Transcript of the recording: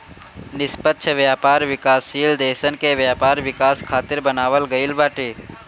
निष्पक्ष व्यापार विकासशील देसन के व्यापार विकास खातिर बनावल गईल बाटे